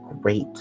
great